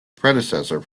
predecessor